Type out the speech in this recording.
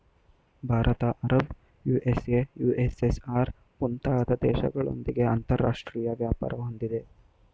Bharat Arab, USA, USSR, ಮುಂತಾದ ದೇಶಗಳೊಂದಿಗೆ ಅಂತರಾಷ್ಟ್ರೀಯ ವ್ಯಾಪಾರ ಹೊಂದಿದೆ